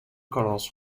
colors